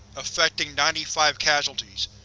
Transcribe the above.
effecting ninety five casualties.